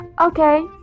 okay